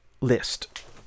list